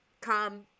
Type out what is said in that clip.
come